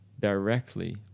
directly